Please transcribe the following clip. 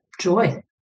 joy